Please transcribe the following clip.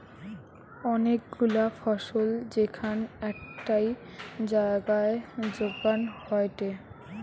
অনেক গুলা ফসল যেখান একটাই জাগায় যোগান হয়টে